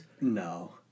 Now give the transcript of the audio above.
No